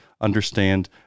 understand